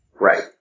Right